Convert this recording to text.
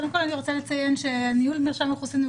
אני רוצה לציין שניהול מרשם האוכלוסין היא